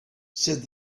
said